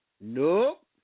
Nope